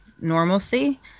normalcy